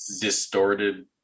distorted